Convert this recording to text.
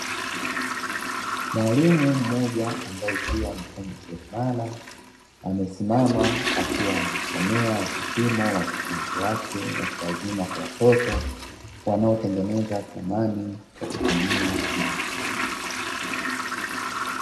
Mwalimu mmoja ambaye pia ni fundi seremala, amesimama akiwa anawasomea vipimo wanafunzi wake watu wazima na watoto. Kwa wanaotengeneza samani kwa kutumia mbao.